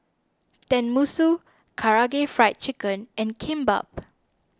Tenmusu Karaage Fried Chicken and Kimbap